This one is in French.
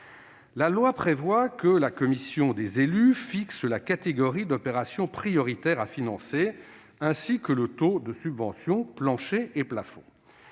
La loi prévoit que la commission des élus fixe les catégories d'opérations prioritaires à financer, ainsi que les taux de subventionnement plancher et plafond.